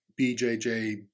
BJJ